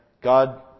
God